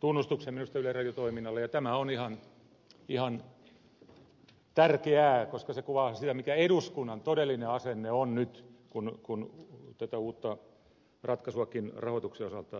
tunnustuksen minusta yleisradion toiminnalle ja tämä on ihan tärkeää koska se kuvaa sitä mikä eduskunnan todellinen asenne on nyt kun tätä uutta ratkaisuakin rahoituksen osalta tehdään